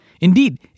Indeed